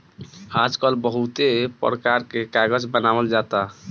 आजकल बहुते परकार के कागज बनावल जाता